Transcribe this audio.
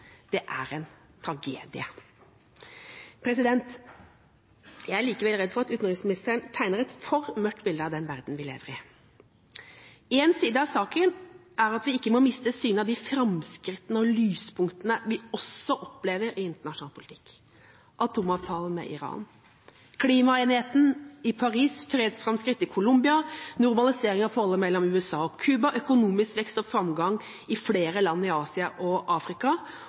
er en tragedie. Jeg er likevel redd for at utenriksministeren tegner et for mørkt bilde av den verdenen vi lever i. Én side av saken er at vi ikke må miste av syne de framskrittene og lyspunktene vi også opplever i internasjonal politikk – atomavtalen med Iran, klimaenigheten i Paris, fredsframskritt i Colombia, normalisering av forholdet mellom USA og Cuba, økonomisk vekst og framgang i flere land i Asia og Afrika